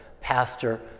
pastor